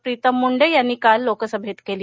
प्रीतम मुंडे यांनी काल लोकसभेत केली